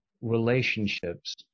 relationships